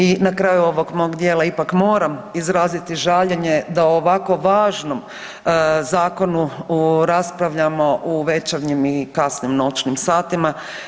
I na kraju ovog mog dijela ipak moram izraziti žaljenje da o ovako važnom zakonu raspravljamo u večernjim i kasnim noćnim satima.